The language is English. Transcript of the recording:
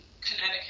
Connecticut